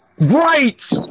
Right